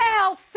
hell